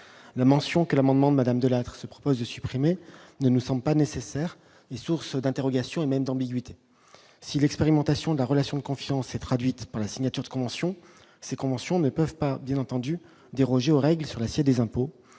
la mention que l'amendement Madame Delattre se propose de supprimer ne ne sont pas nécessaires et source d'interrogations et même d'ambiguïté si l'expérimentation de la relation de confiance s'est traduite par la signature de conventions ces conventions ne peuvent pas bien entendu déroger aux règles sur l'acier des impôts